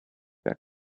back